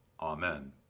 Amen